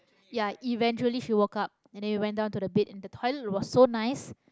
ya eventually she woke up and then we went down to the bed and the toilet was so nice